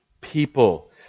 people